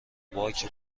باک